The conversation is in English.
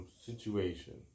situation